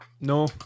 No